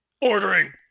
Ordering